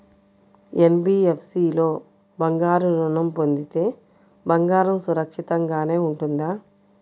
NBFC లో బంగారు ఋణం పొందితే బంగారం సురక్షితంగానే ఉంటుందా?